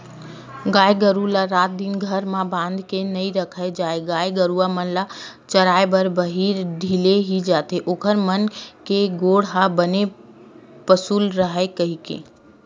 गाय गरु ल रात दिन घर म बांध के नइ रखे जाय गाय गरुवा मन ल चराए बर बाहिर ढिले ही जाथे ओखर मन के गोड़ ह बने पसुल राहय कहिके